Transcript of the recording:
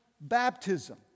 baptism